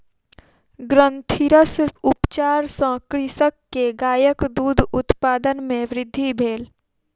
ग्रंथिरस उपचार सॅ कृषक के गायक दूध उत्पादन मे वृद्धि भेल